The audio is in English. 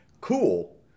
cool